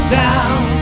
down